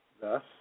Thus